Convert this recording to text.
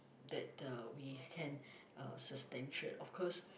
that uh we can uh substantiate of course